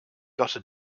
gotta